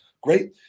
Great